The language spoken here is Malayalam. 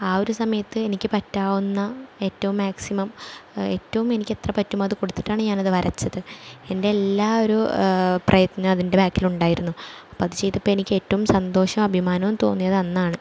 ആ ഒരു സമയത്ത് എനിക്ക് പറ്റാവുന്ന ഏറ്റവും മാക്സിമം ഏറ്റവും എനിക്ക് എത്ര പറ്റുമോ ഞാനത് വരച്ചത് എൻറ്റെയെല്ലാം ഒരു പ്രയത്നം അതിൻ്റെ ബാക്കിലുണ്ടായിരുന്നു അപ്പം അത് ചെയ്തപ്പം എനിക്ക് ഏറ്റവും സന്തോഷവും അഭിമാനവും തോന്നിയതെന്നാണ്